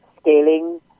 scaling